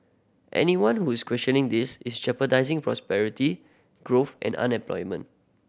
anyone who is questioning this is jeopardising prosperity growth and unemployment